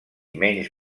menys